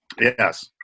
Yes